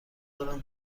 دارم